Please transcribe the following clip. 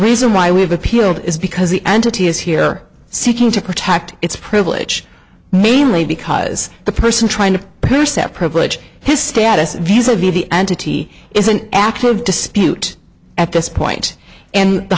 reason why we have appealed is because the entity is here seeking to protect its privilege mainly because the person trying to pierce that privilege his status visibly the entity is an active dispute at this point and the